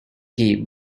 key